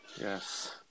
Yes